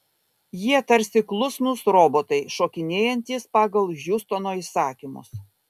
jie tarsi klusnūs robotai šokinėjantys pagal hiustono įsakymus